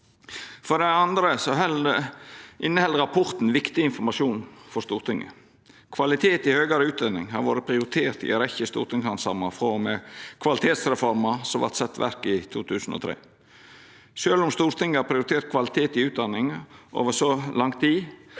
For det andre inneheld rapporten viktig informasjon for Stortinget. Kvalitet i høgare utdanning har vore prioritert i ei rekkje stortingshandsamingar frå og med kvalitetsreforma som vart sett i verk i 2003. Sjølv om Stortinget har prioritert kvalitet i utdanninga over så lang tid,